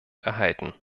erhalten